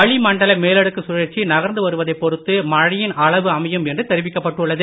வளி மண்டல மேலடுக்கு சுழற்சி நகர்ந்து வருவதைப் பொறுத்து மழையின் அளவு அமையும் என்று தெரிவிக்கப்பட்டு உள்ளது